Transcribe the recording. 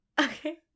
Okay